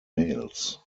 males